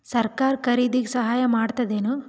ಸರಕಾರ ಖರೀದಿಗೆ ಸಹಾಯ ಮಾಡ್ತದೇನು?